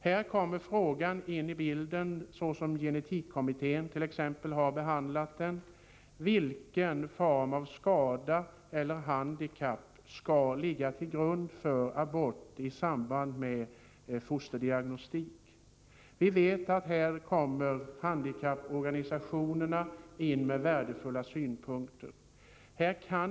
Här kommer den fråga in i bilden som gen-etikkommittén har behandlat: Vilken form av skada eller handikapp skall ligga till grund för abort i samband med fosterdiagnostik? Vi vet att handikapporganisationerna anför värdefulla synpunkter på den frågan.